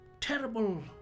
terrible